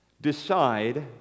Decide